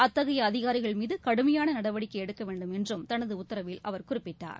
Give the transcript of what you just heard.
அத்தகைய அதிகாரிகள் மீது கடுமையான நடவடிக்கை எடுக்க வேண்டும் என்றும் தனது உத்தரவில் அவர் குறிப்பிட்டார்